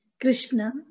Krishna